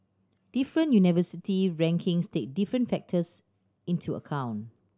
different university rankings take different factors into account